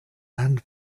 and